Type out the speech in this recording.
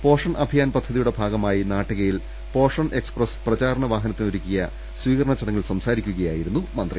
portion Abhiyan പദ്ധ തിയുടെ ഭാഗമായി നാട്ടികയിൽ പോഷൻ എക്സ്പ്രസ് പ്രചാരണ വാഹനത്തിന് ഒരുക്കിയ സ്വീകരണ ചടങ്ങിൽ സംസാരിക്കുകയായിരുന്നു മന്ത്രി